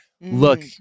look